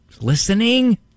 listening